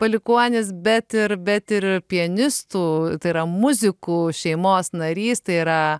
palikuonis bet ir bet ir pianistų tai yra muzikų šeimos narys tai yra